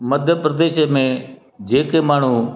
मध्य प्रदेश में जेके माण्हू